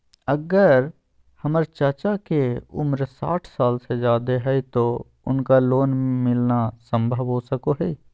अगर हमर चाचा के उम्र साठ साल से जादे हइ तो उनका लोन मिलना संभव हो सको हइ?